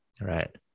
Right